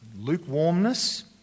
lukewarmness